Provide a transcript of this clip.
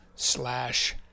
slash